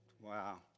Wow